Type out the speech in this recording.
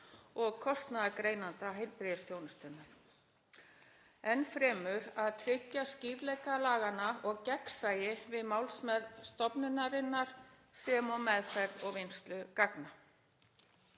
að kostnaðargreina heilbrigðisþjónustuna. Enn fremur að tryggja skýrleika laganna og gegnsæi við málsmeðferð stofnunarinnar sem og meðferð og vinnslu gagna.